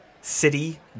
city